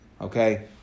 okay